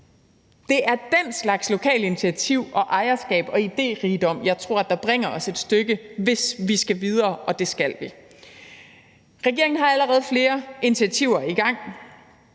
Det er den slags lokale initiativer og ejerskab og idérigdom, som jeg tror bringer os et stykke videre, hvis vi skal videre, og det skal vi. Regeringen har allerede flere initiativer i gang.